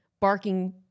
Barking